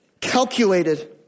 calculated